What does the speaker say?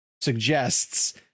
suggests